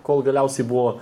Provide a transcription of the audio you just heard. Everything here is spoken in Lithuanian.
kol galiausiai buvo